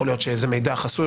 יכול להיות שזה מידע חסוי,